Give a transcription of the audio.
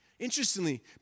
Interestingly